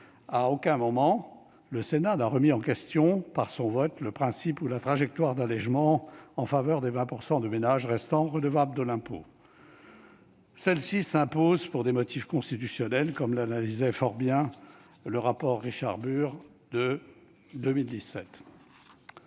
À aucun moment, le Sénat n'a remis en question par son vote le principe ou la trajectoire d'allègement en faveur des 20 % de ménages restant redevables de l'impôt. Celle-ci s'impose pour des motifs constitutionnels, comme l'analysait fort bien le rapport Richard-Bur de 2017.